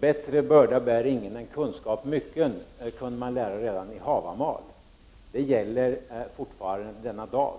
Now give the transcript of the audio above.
Bättre börda bär ingen än kunskap mycken, kunde man lära redan i Havamal. Det gäller fortfarande denna dag.